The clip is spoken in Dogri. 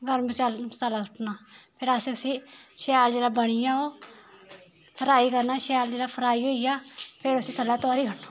गरम मसा मसाला सुट्टना फिर असें उसी शैल जेल्लै बनी जा ओह् फ्राई करना शैल जेल्लै फ्राई होई जा फिर उस्सी थल्लै तोआरी ओड़ना